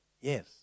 yes